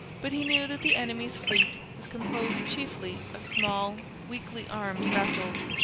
but he knew that the enemy's fleet was composed chiefly of small, weakly armed vessels.